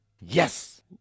Yes